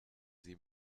sie